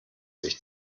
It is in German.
sich